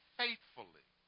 faithfully